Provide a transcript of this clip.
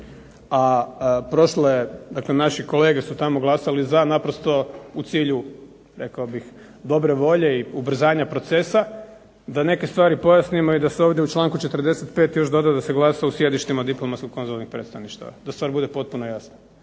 a prošla je dakle naši kolege su tamo glasali za naprosto u cilju dobre volje i ubrzanja procesa, da neke stvari pojasnimo da se u članku 45. još doda da se glasa u sjedištima diplomatsko-konzularnih predstavništava da stvar bude potpuno jasna,